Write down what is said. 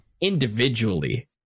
individually